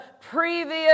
previous